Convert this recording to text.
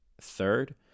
third